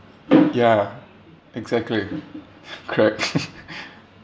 ya exactly correct